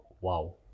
Wow